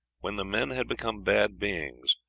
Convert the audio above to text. when the men had become bad beings,